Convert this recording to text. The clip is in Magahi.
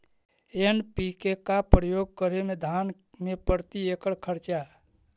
एन.पी.के का प्रयोग करे मे धान मे प्रती एकड़ खर्चा?